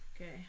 Okay